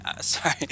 sorry